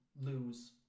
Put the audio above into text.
lose